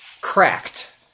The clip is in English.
cracked